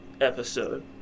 episode